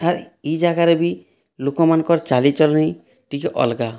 ଆର୍ ଇ ଜାଗାରେ ବି ଲୋକମାନଙ୍କର ଚାଲି ଚଲଣି ଟିକେ ଅଲଗା